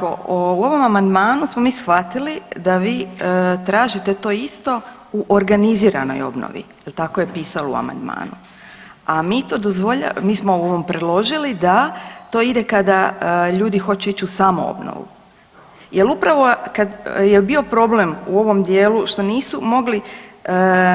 Ovako, u ovom amandmanu smo mi shvatili da vi tražite to isto u organiziranoj obnovi jel tako je pisano u amandmanu, a mi smo u ovom predložili da to ide kada ljudi hoće ići u samoobnovu jel upravo je bio problem u ovom dijelu što nisu mogli